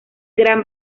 gran